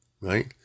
Right